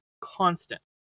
constant